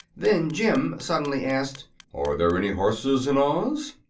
then jim suddenly asked are there any horses in oz?